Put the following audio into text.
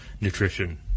nutrition